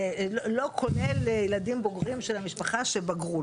לא קונה לילדים בוגרים של המשפחה שבגרו.